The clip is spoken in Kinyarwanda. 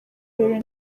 birori